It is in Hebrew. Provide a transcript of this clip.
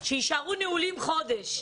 יישאר נעול חודש.